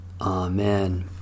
Amen